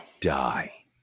die